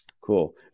Cool